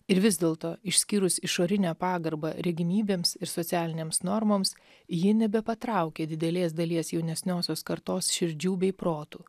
ir vis dėlto išskyrus išorinę pagarbą regimybėms ir socialinėms normoms ji nebepatraukia didelės dalies jaunesniosios kartos širdžių bei protų